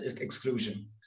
exclusion